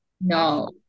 No